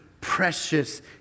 precious